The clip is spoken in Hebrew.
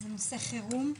נושא חירום.